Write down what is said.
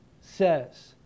says